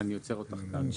אני עוצר אותך כאן.